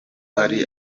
hari